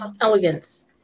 Elegance